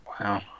Wow